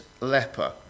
leper